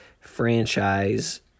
franchise